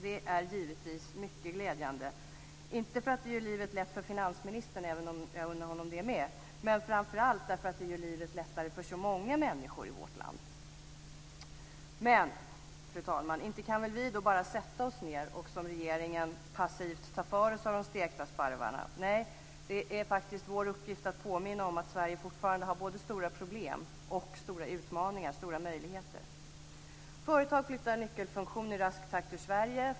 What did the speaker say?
Det är givetvis mycket glädjande, inte för att det gör livet lätt för finansministern - även om jag unnar honom det - utan framför allt för att det gör livet lättare för så många människor i vårt land. Fru talman! Men inte kan vi då bara sätta oss ned och - som regeringen gör - passivt ta för oss av de stekta sparvarna. Nej, det är faktiskt vår uppgift att påminna om att Sverige fortfarande har både stora problem och står inför stora utmaningar. Företag flyttar nyckelfunktioner med rask takt ut Sverige.